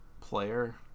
player